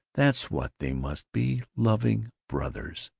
that's what they must be, loving brothers,